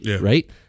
Right